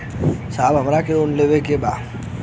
साहब हमरा के लोन लेवे के बा